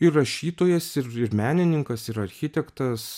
ir rašytojas ir ir menininkas ir architektas